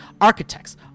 Architects